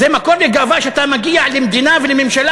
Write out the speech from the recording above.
זה מקור לגאווה שאתה מגיע למדינה ולממשלה